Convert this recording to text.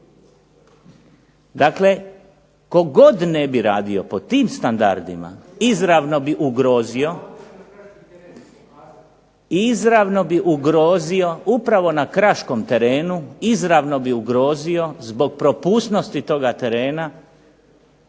Dakle, tko god ne bi radio po tim standardima izravno bi ugrozio upravo na Kraškom terenu, izravno bi ugrozio zbog propusnosti toga terena